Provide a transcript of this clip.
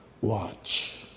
Watch